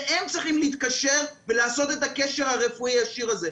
והם צריכים להתקשר ולעשות את הקשר הרפואי הישיר הזה.